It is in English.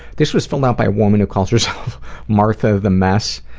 this was filled out by a woman who calls herself martha the mess.